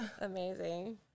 Amazing